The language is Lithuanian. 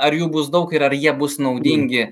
ar jų bus daug ir ar jie bus naudingi